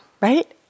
right